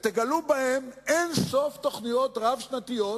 ותגלו בהם אין-סוף תוכניות רב-שנתיות,